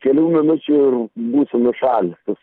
kelių minučių ir būsi nušalęs visas